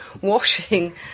washing